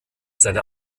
seine